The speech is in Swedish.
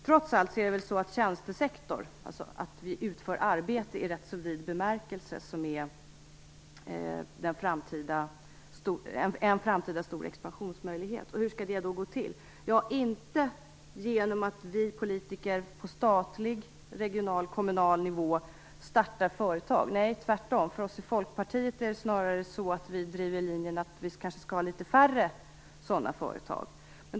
Trots allt är det väl tjänstesektorn, dvs. att vi utför arbete i ganska vid bemärkelse, som är en framtida stor expansionsmöjlighet. Hur skall det gå till? Ja, inte genom att vi politiker på statlig, regional, kommunal nivå startar företag. Nej, vi i Folkpartiet driver snarare linjen att vi kanske skulle ha litet färre sådana företag.